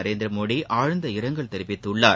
நரேந்திரமோடி ஆழ்ந்த இரங்கல் தெரிவித்துள்ளார்